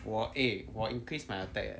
我 eh 我 increase my attack leh